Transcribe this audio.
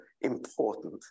important